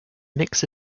mix